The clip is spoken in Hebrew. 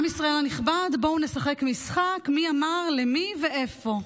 עם ישראל הנכבד, בוא נשחק משחק מי אמר למי ואיפה.